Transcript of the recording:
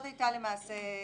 למעשה,